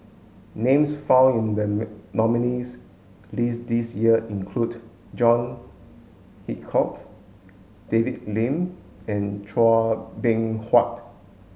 names found in the nominees' list this year include John Hitchcock David Lim and Chua Beng Huat